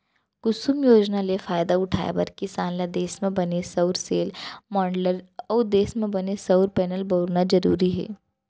कुसुम योजना ले फायदा उठाए बर किसान ल देस म बने सउर सेल, माँडलर अउ देस म बने सउर पैनल बउरना जरूरी हे